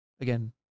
Again